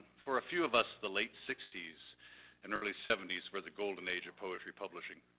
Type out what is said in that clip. for a few of us, the late sixty s and early seventy s were the golden age of poetry publishing.